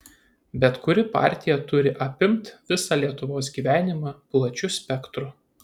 bet kuri partija turi apimt visą lietuvos gyvenimą plačiu spektru